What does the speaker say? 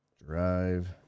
Drive